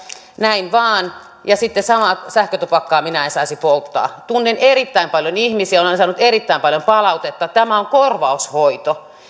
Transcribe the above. näin vain ja sitten samalla sähkötupakkaa minä en saisi polttaa tunnen erittäin paljon ihmisiä ja olen saanut erittäin paljon palautetta tämä on korvaushoito